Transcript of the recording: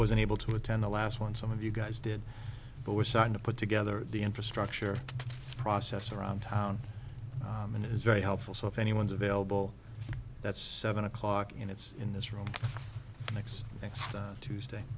wasn't able to attend the last one some of you guys did but we're starting to put together the infrastructure process around town and it is very helpful so if anyone's available that's seven o'clock and it's in this room next thanks tuesday